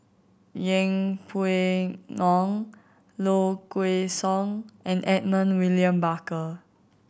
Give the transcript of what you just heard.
Yeng Pway Ngon Low Kway Song and Edmund William Barker